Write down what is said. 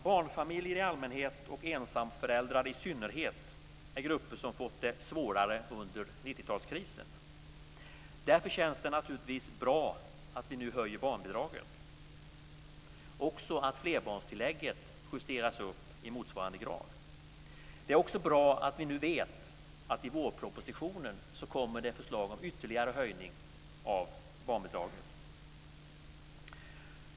Barnfamiljer i allmänhet och ensamföräldrar i synnerhet är grupper som fått det mycket svårare under 90-talskrisen. Därför känns det naturligtvis bra att vi nu höjer barnbidraget och att också flerbarnstillägget justeras i motsvarande grad. Det är också bra att det i vårpropositionen kommer förslag om ytterligare höjningar av barnbidraget.